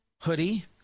hoodie